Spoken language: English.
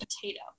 potato